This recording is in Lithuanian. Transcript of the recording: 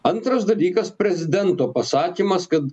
antras dalykas prezidento pasakymas kad